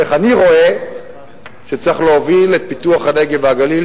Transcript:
איך אני רואה שצריך להוביל את פיתוח הנגב והגליל,